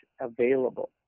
available